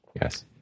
Yes